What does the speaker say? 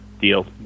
deal